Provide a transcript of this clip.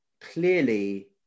clearly